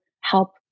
help